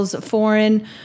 foreign